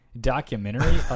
Documentary